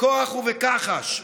בכוח ובכחש,